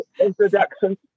introduction